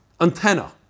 antenna